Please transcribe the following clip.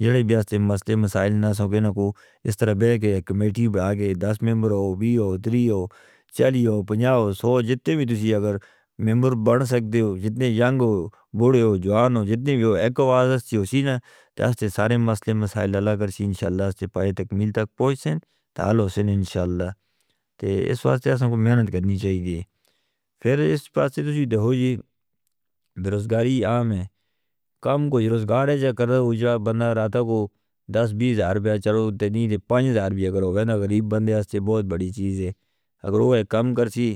یہ بڑے مسئلے مسائل نہ سکھے نو کو اس طرح بے کے کمیٹی بکھا کے دس ممبر ہو بھی ہو تری ہو چالی ہو پچانو سو جتنے بھی تسی اگر ممبر بن سکتے ہو جتنے ینگ ہو بوڑھے ہو جوان ہو جتنے بھی ہو ایک آواز ہو سی اسی نہ تاسے سارے مسئلے مسائل حل کر سین انشاءاللہ تاسے پائے تکمیل تک پہنچے تالو سن انشاءاللہ اس واسطے اسان کو میند کرنی چاہیے۔ پھر اس پاسے تسی دہو جی برزگاری عام ہے کام کوئی برزگار ہے جا کردہ وہ جوان بندہ رہتا وہ دس بیس آرب ہے کیاڑو دینی دے پانچ آرب بھی اگر ہو گیا ہے نا غریب بندے سے بہت بڑی چیز ہے۔ اگر وہ کام کرسی